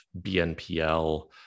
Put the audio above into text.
BNPL